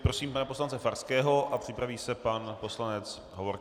Prosím pana poslance Farského a připraví se pan poslanec Hovorka.